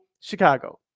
Chicago